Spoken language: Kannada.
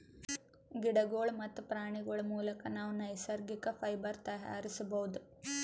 ಗಿಡಗೋಳ್ ಮತ್ತ್ ಪ್ರಾಣಿಗೋಳ್ ಮುಲಕ್ ನಾವ್ ನೈಸರ್ಗಿಕ್ ಫೈಬರ್ ತಯಾರಿಸ್ಬಹುದ್